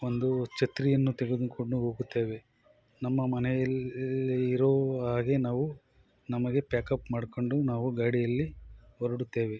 ಒಂದು ಛತ್ರಿಯನ್ನು ತೆಗೆದುಕೊಂಡು ಹೋಗುತ್ತೇವೆ ನಮ್ಮ ಮನೆಯಲ್ಲಿ ಇರೋ ಹಾಗೆ ನಾವು ನಮಗೆ ಪ್ಯಾಕಪ್ ಮಾಡಿಕೊಂಡು ನಾವು ಗಾಡಿಯಲ್ಲಿ ಹೊರಡುತ್ತೇವೆ